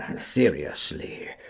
seriously,